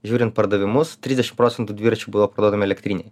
žiūrint pardavimus trisdešim procentų dviračių buvo elektrinėj